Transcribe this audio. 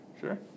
Sure